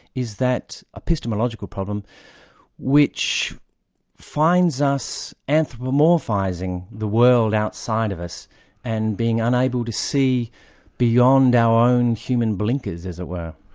is that epistemological problem which finds us anthromorphising the world outside of us and being unable to see beyond our own human blinkers, as it were.